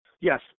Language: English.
Yes